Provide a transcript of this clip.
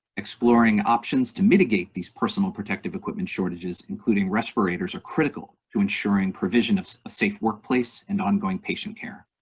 exploring options to mitigate these personal protective equipment shortages including respirators are critical to ensuring provision of a safe workplace and ongoing patient care.